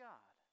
God